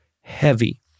heavy